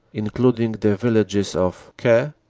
including the villages of caix,